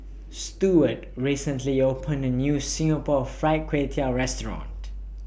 Stewart recently opened A New Singapore Fried Kway Tiao Restaurant